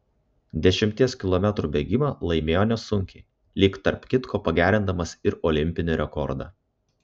dešimties kilometrų bėgimą laimėjo nesunkiai lyg tarp kitko pagerindamas ir olimpinį rekordą